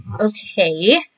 okay